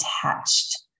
attached